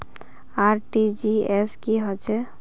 RTGS की होचए?